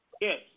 yes